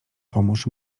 pomóż